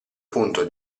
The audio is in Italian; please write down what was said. punto